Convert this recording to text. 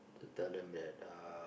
to tell them that uh